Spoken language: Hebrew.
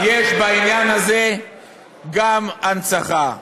יש בעניין הזה גם הנצחה.